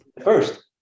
first